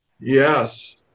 yes